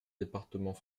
départements